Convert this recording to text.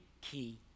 key